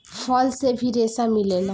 फल से भी रेसा मिलेला